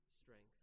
strength